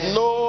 no